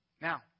Now